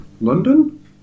London